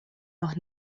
noch